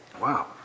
Wow